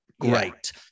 Great